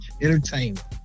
entertainment